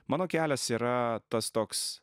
mano kelias yra tas toks